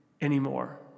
anymore